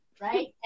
right